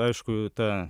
aišku ta